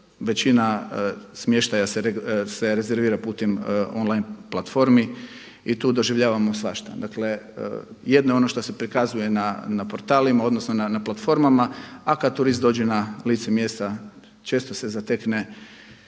većina smještaja se rezervira putem online platformi i tu doživljavamo svašta. Dakle jedno je ono što se prikazuje na portalima odnosno na platformama, a kada turist dođe na lice mjesta često se zatekne